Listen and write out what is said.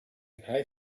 high